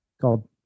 called